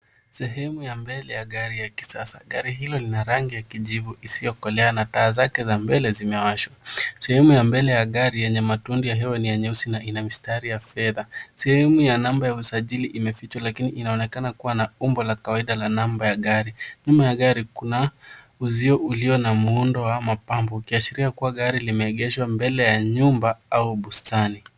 Sehemu ya mbele ya gari la kisasa. Gari hilo lina rangi ya kijivu isiyokolea na taa zake za mbele zimewashwa. Sehemu ya mbele ya gari yenye matundu ya hewa ni ya nyeusi na ina mistari ya fedha. Sehemu ya namba ya usajili imefichwa lakini inaonekana kuwa na umbo la kawaida na namba ya gari. Nyuma ya gari kuna uzio ulio na muundo wa mapambo ukiashiria kuwa gari limeegeshwa mbele ya nyumba au bustani.